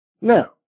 Now